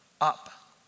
up